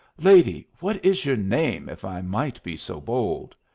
lady, what is your name, if i might be so bold.